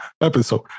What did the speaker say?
episode